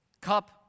cup